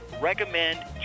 recommend